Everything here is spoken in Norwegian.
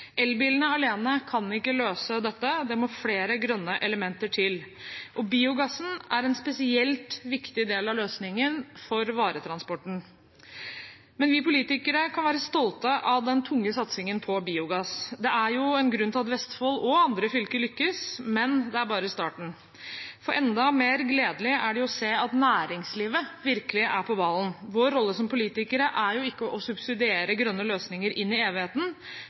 Elbilene alene kan ikke løse dette, det må flere grønne elementer til. Biogassen er en spesielt viktig del av løsningen for varetransporten. Vi politikere kan være stolte av den tunge satsingen på biogass. Det er jo en grunn til at Vestfold – og andre fylker – lykkes, men det er bare starten. For enda mer gledelig er det å se at næringslivet virkelig er på ballen. Vår rolle som politikere er ikke å subsidiere grønne løsninger inn i evigheten,